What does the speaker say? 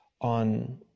on